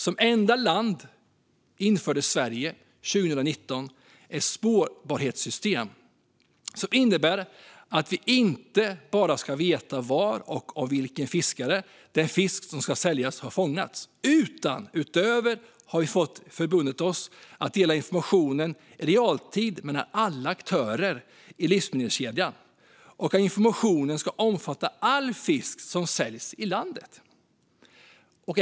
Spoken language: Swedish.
Som enda land införde Sverige 2019 ett spårbarhetssystem som inte bara innebär att vi ska veta var och av vilken fiskare den fisk som säljs har fångats utan också att vi har förbundit oss att dela informationen i realtid mellan alla aktörer i livsmedelskedjan och att informationen ska omfatta all fisk som säljs i landet.